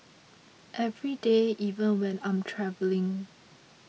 every day even when I'm travelling